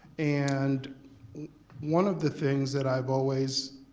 and one of the things that i've always,